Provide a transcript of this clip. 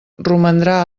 romandrà